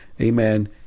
amen